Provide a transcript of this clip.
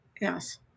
Yes